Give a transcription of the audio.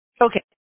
Okay